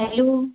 hello